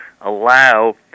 allow